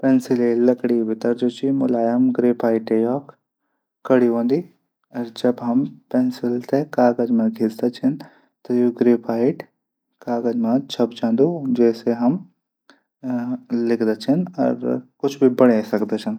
पेंसिल लकडी भितर मुलायम गेर्फाइट लकडी हूंदी ।जब हम पेंसिल थै कागज मा घिसदा छन। त यू गेर्फाइट त यू गेर्फाइट कागज मा छप जांदू। जैसे हम लिखदा छन। कुछ भी बणै सकदा छन।